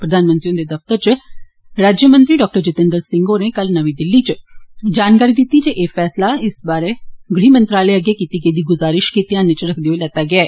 प्रधानमंत्री हुंदे दफ्तरै च राज्यमंत्री डॉ जितेंद्र सिंह होरें कल नमीं दिल्ली च जानकारी दित्ती जे एह् फैसला इस बारै गृह मंत्रालय अग्गै कीती गेदी गुजारिश गी ध्यानै च रखदे होई लैता गेआ ऐ